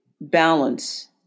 balance